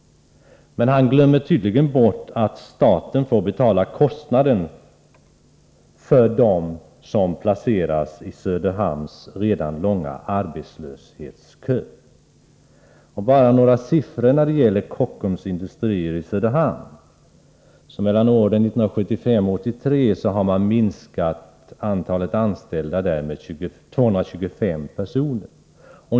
Men han glömmer tydligen bort att staten får betala kostnaden för dem som placeras i Söderhamns redan långa arbetslöshetskö. Några siffror när det gäller Kockums Industri i Söderhamn: Åren 1975-1983 minskade man antalet anställda med 225 personer.